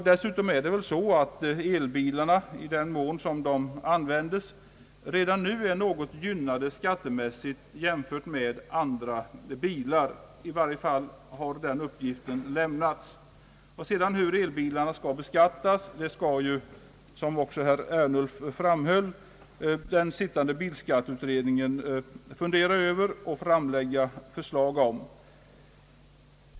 Dessutom är de elbilar som nu används något gynnade i skattehänseende i jämförelse med andra bilar. I varje fall har den uppgiften lämnats till utskottet. Hur elbilarna bör beskattas skall, som också herr Ernulf framhöll, den sittande bilskatteutredningen fundera över och framlägga förslag om.